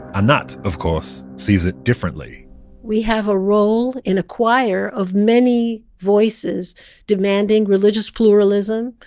anat, of course, sees it differently we have a role in a choir of many voices demanding religious pluralism,